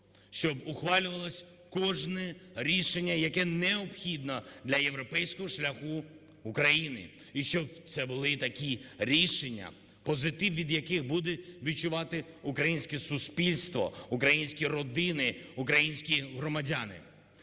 щоб ухвалювалось кожне рішення, яке необхідне для європейського шляху України. І щоб це були такі рішення, позитив від яких буде відчувати українське суспільство, українські родини, українські громадяни.